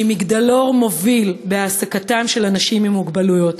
שהיא מגדלור מוביל בהעסקתם של אנשים עם מוגבלות,